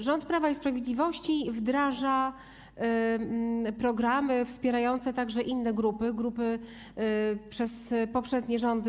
Rząd Prawa i Sprawiedliwości wdraża programy wspierające także inne grupy, grupy zapomniane przez poprzednie rządy.